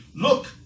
Look